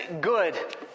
good